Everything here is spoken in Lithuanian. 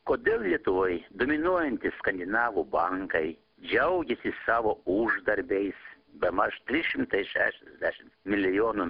kodėl lietuvoj dominuojantys skandinavų bankai džiaugiasi savo uždarbiais bemaž trys šimtai šešiasdešimt milijonų